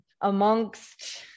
amongst